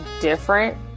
different